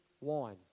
wine